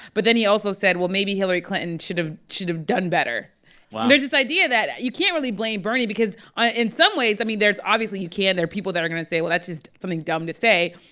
but then he also said, well, maybe hillary clinton should've should've done better wow there's this idea that you can't really blame bernie because ah in some ways, i mean, there's obviously, you can. there are people that are going to say, well, that's just something dumb to say.